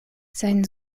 sein